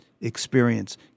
experience